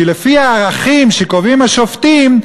כי לפי הערכים שקובעים השופטים,